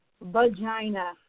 vagina